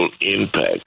impact